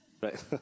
Right